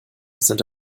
sind